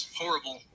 horrible